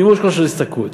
מימוש כושר השתכרות.